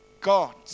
God